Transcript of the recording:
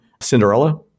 Cinderella